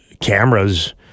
cameras